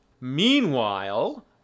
Meanwhile